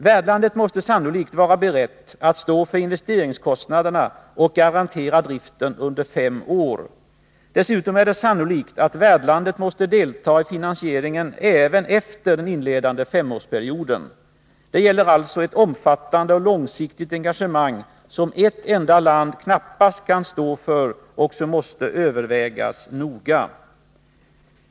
Värdlandet måste sannolikt vara berett att stå för investeringskostnaderna och garantera driften under fem år. Dessutom är det sannolikt att värdlandet måste delta i finansieringen även efter den inledande femårsperioden. Det gäller alltså ett omfattande och långsiktigt engagemang som ett enda land knappast kan stå för och som måste övervägas noga.